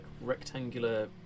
rectangular